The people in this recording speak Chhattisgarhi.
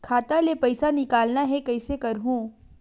खाता ले पईसा निकालना हे, कइसे करहूं?